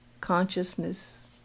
consciousness